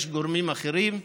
יש גורמים אחרים,